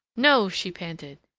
no! she panted.